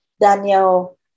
Daniel